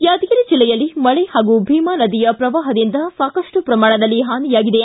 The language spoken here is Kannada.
ಯಾದಗಿರಿ ಜಿಲ್ಲೆಯಲ್ಲಿ ಮಳೆ ಹಾಗೂ ಭೀಮಾ ನದಿಯ ಪ್ರವಾಹದಿಂದ ಸಾಕಷ್ಟು ಪ್ರಮಾಣದಲ್ಲಿ ಹಾನಿಯಾಗಿದೆ